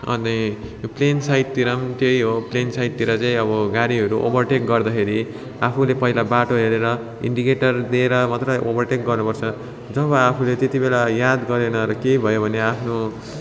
अनि प्लेन साइडतिर पनि त्यही हो प्लेन साइडतिर चाहिँ अब गाडीहरू ओभरटेक गर्दाखेरि चाहिँ आफूले पहिला बाटो हेरेर इन्डिकेटर दिएर मात्र ओभरटेक गर्नु पर्छ जब आफूले त्यति बेला याद गरेन र केही भयो भने आफ्नो